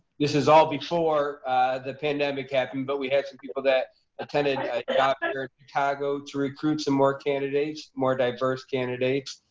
this is all before the pandemic happened, but we had some people that attended yeah and but to recruit some more candidates, more diverse candidates.